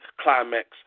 climax